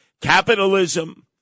Capitalism